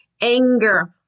anger